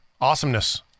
Awesomeness